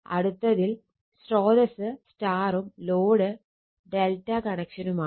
അടുത്തതിൽ സ്രോതസ്സ് Y ഉം ലോഡ് ∆ കണക്ഷനുമാണ്